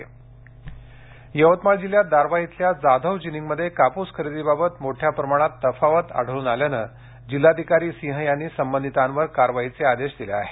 कापूस खरेदी यवतमाळ जिल्ह्यात दारव्हा इथल्या जाधव जिनिंगमध्ये कापूस खरेदीबाबत मोठ्या प्रमाणात तफावत आढळून आल्याने जिल्हाधिकारी सिंह यांनी संबंधितांवर कारवाईचे निर्देश दिले आहेत